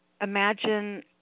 imagine